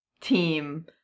team